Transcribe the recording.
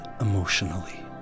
emotionally